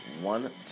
One